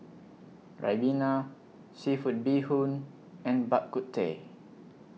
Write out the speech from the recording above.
Ribena Seafood Bee Hoon and Bak Kut Teh